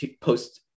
post